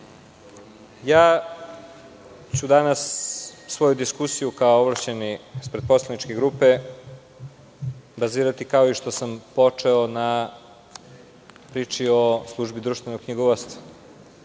ću danas svoju diskusiju, kao ovlašćeni ispred poslaničke grupe, bazirati kao i što sam počeo na priči o Službi društvenog knjigovodstva. Meni